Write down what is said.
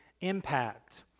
impact